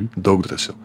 daug drąsiau